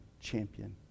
champion